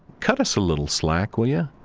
cut us a little slack, will yeah